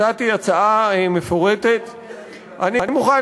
הצעתי הצעה מפורטת, מה אתה מציע?